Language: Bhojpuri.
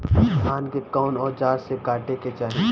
धान के कउन औजार से काटे के चाही?